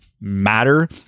matter